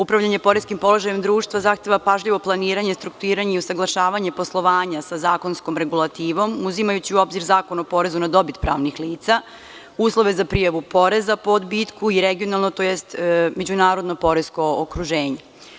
Upravljanje poreskih porezom društva zahteva pažljivo planiranje, strukturiranje i usaglašavanje poslovanja sa zakonskom regulativom, uzimajući u obzir Zakon o porezu na dobit pravnih lica, uslove za prijavu poreza po odbitku i regionalno, odnosno međunarodno poresko okruženje.